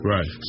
Right